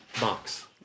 box